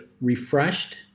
refreshed